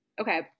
Okay